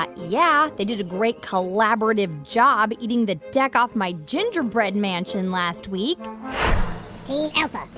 but yeah. they did a great collaborative job eating the deck off my gingerbread mansion last week team alpha. yeah.